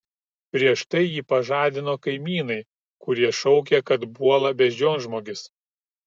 prieš tai jį pažadino kaimynai kurie šaukė kad puola beždžionžmogis